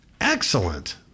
Excellent